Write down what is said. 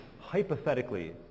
hypothetically